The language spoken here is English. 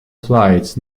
flights